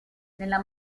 nella